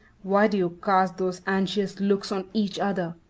why do you cast those anxious looks on each other?